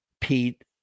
Pete